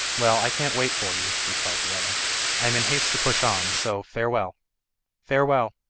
well, i can't wait for you replied the other i am in haste to push on, so farewell farewell,